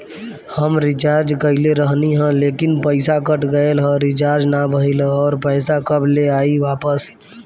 हम रीचार्ज कईले रहनी ह लेकिन पईसा कट गएल ह रीचार्ज ना भइल ह और पईसा कब ले आईवापस?